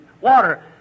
water